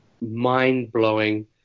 mind-blowing